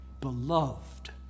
beloved